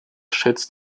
schätzt